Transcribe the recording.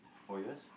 four years